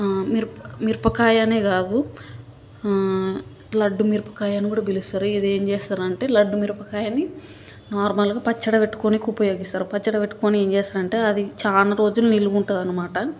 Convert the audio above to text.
మిరప మిరపకాయనే కాదు లడ్డు మిరపకాయని కూడా పిలుస్తారు ఇదేం చేస్తారంటే లడ్డు మిరపకాయని నార్మల్గా పచ్చడి పెట్టుకొనేకు ఉపయోగిస్తారు పచ్చడి పెట్టుకొని ఏం చేస్తారంటే అది చాలా రోజులు నిల్వ ఉంటుందన్నమాట